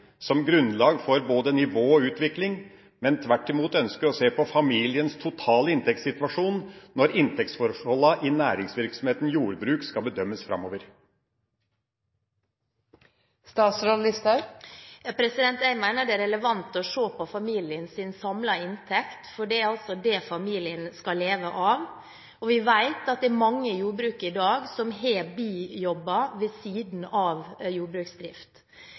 som grunnlag for både nivå og utvikling, men tvert imot ønsker å se på familiens totale inntektssituasjon når inntektsforholdene i næringsvirksomheten jordbruk skal bedømmes framover? Jeg mener det er relevant å se på familiens samlede inntekt, fordi det altså er det familien skal leve av. Vi vet at det er mange i jordbruket i dag som har bijobber ved siden av jordbruksdrift.